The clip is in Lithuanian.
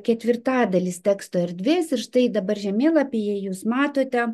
ketvirtadalis teksto erdvės ir štai dabar žemėlapyje jūs matote